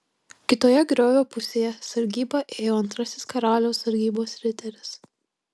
kitoje griovio pusėje sargybą ėjo antrasis karaliaus sargybos riteris